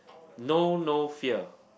know no fear